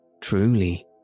Truly